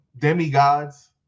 demigods